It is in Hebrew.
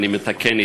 אני מתקן,